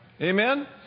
Amen